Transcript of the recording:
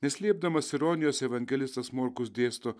neslėpdamas ironijos evangelistas morkus dėsto